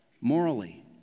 morally